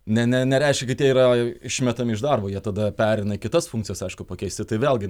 ne ne nereiškia kad jie yra išmetami iš darbo jie tada pereina į kitas funkcijas aišku pakeisti tai vėlgi